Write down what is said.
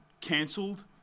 canceled